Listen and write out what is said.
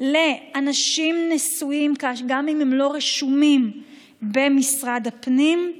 לאנשים נשואים, גם אם הם לא רשומים במשרד הפנים,